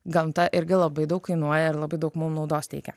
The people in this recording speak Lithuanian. gamta irgi labai daug kainuoja ir labai daug mums naudos teikia